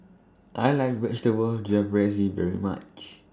I like Vegetable Jalfrezi very much